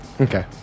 Okay